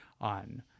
on